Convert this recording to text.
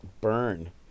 Burn